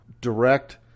direct